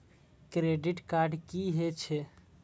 Credit card की हे छे?